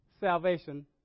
salvation